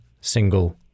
single